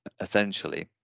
essentially